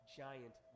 giant